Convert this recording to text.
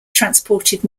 transported